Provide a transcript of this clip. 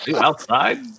outside